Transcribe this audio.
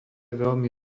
veľmi